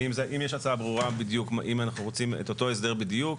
אם יש הצעה ברורה אם אנחנו רוצים את אותו הסדר בדיוק,